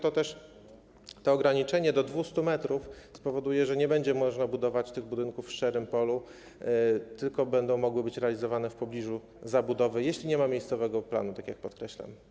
To ograniczenie do 200 m spowoduje, że nie będzie można budować tych budynków w szczerym polu, tylko będą mogły być realizowane w pobliżu zabudowy, jeśli nie ma miejscowego planu, tak jak podkreślam.